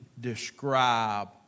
describe